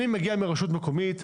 אני מגיע מרשות מקומית.